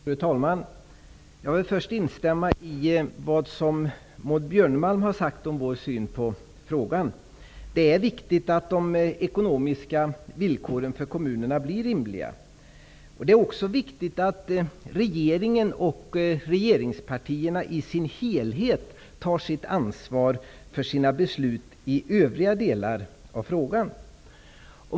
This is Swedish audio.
Fru talman! Jag vill först instämma i det som Maud Björnemalm har sagt om vår syn på frågan. Det är viktigt att de ekonomiska villkoren för kommunerna blir rimliga. Det är också viktigt att regeringen och regeringspartierna i sin helhet tar sitt ansvar för sina beslut i övriga delar av frågan.